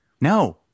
No